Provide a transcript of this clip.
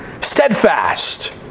steadfast